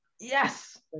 Yes